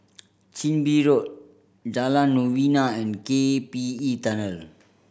Chin Bee Road Jalan Novena and K P E Tunnel